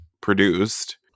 produced